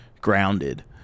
grounded